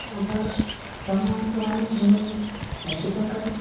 ଅବା ସମୟ ଅଞ୍ଚଳ ଆମେ କିଣୁଛୁ ଅଶୀ ଟଙ୍କାରେ